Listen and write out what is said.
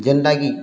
ଯେନ୍ଟାକି